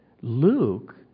Luke